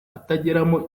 atageramo